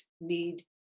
need